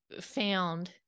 found